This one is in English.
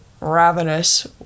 ravenous